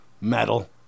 metal